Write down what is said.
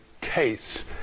case